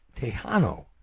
Tejano